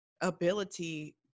ability